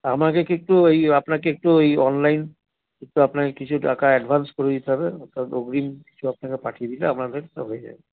আমাকে কিন্তু এই আপনাকে একটু ওই অনলাইন একটু আপনাকে কিছু টাকা অ্যাডভান্স করে দিতে হবে অর্থাৎ অগ্রিম কিছু আপনাকে পাঠিয়ে দিলে আমদের হয়ে যাবে